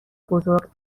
بزرگ